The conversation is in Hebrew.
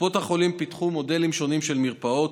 קופות החולים פיתחו מודלים שונים של מרפאות,